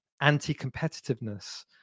anti-competitiveness